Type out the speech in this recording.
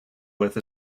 with